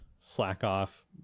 slack-off